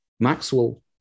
Maxwell